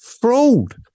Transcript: fraud